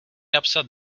napsat